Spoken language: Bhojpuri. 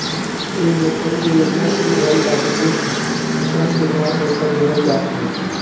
इमे कईगो योजना शुरू भइल बाटे जेसे किसान के उधार पईसा देहल जात हवे